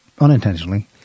unintentionally